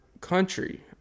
country